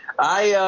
i